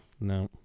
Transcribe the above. no